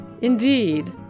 Indeed